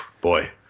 boy